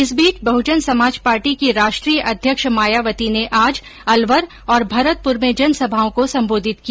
इस बीच बहुजन समाज पार्टी की राष्ट्रीय अध्यक्ष मायावती ने आज अलवर और भरतपुर में जनसभाओं को सम्बोधित किया